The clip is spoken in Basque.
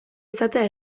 izatea